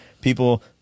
people